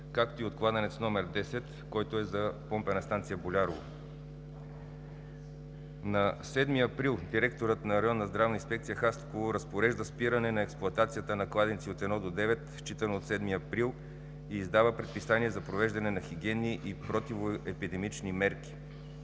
както и от кладенец № 10, който е за „Помпена станция Болярово“. На 7 април директорът на Районна здравна инспекция – Хасково, разпорежда спиране на експлоатацията на кладенци от 1 до 9, считано от 7 април и издава предписания за провеждане на хигиенни и противоепидемични мерки.